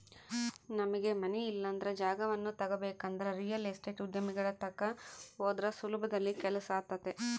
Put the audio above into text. ನಮಗೆ ಮನೆ ಇಲ್ಲಂದ್ರ ಜಾಗವನ್ನ ತಗಬೇಕಂದ್ರ ರಿಯಲ್ ಎಸ್ಟೇಟ್ ಉದ್ಯಮಿಗಳ ತಕ ಹೋದ್ರ ಸುಲಭದಲ್ಲಿ ಕೆಲ್ಸಾತತೆ